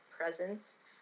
presence